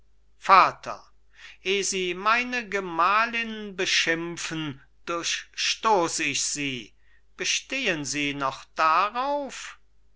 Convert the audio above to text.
vater eh sie meine gemahlin beschimpfen durchstoß ich sie bestehen sie noch darauf